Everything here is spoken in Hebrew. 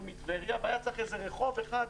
מטבריה והיה צריך לסגור גם איזה רחוב אחר,